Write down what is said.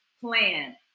plan